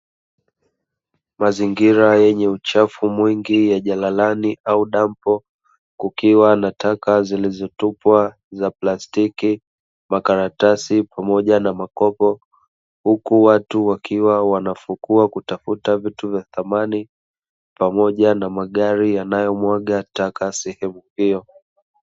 Mazingira yenye uchafu mwingi wa jalalani au dampo kukiwa na taka zilizotupwa za plastiki, makaratasi, pamoja na makopo huku watu wakiwa wanafukuwa wakitafuta vitu vya thamani pamoja na magari yanayomwaga taka sehemu hio.